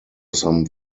some